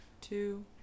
two